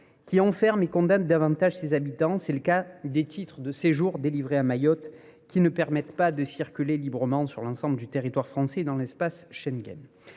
qui enferment et condamnent encore davantage ses habitants. C’est le cas des titres de séjour délivrés à Mayotte, qui ne permettent pas de circuler librement sur l’ensemble du territoire français et dans l’espace Schengen.